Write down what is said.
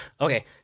Okay